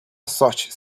such